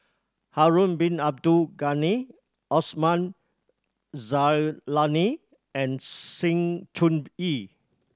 Harun Bin Abdul Ghani Osman Zailani and Sng Choon Yee